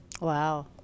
Wow